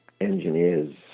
engineers